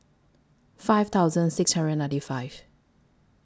five thousand six hundred and ninety five